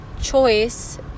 choice